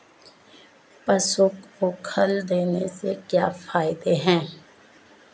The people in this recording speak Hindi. पशु को खल देने से क्या फायदे हैं?